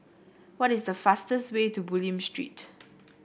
what is the fastest way to Bulim Street